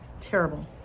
terrible